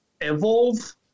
evolve